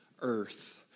earth